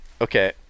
Okay